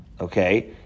Okay